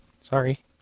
Sorry